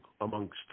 amongst